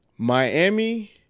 Miami